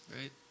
right